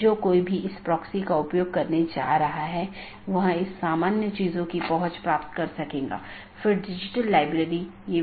BGP किसी भी transport layer का उपयोग नहीं करता है ताकि यह निर्धारित किया जा सके कि सहकर्मी उपलब्ध नहीं हैं या नहीं